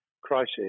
crisis